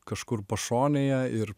kažkur pašonėje ir